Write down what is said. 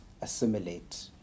assimilate